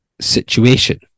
situation